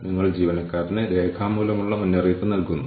പരിശീലന പരിപാടികളുടെ ഉദാഹരണം എടുക്കാം